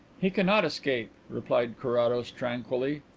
he cannot escape, replied carrados tranquilly.